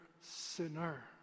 sinner